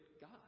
God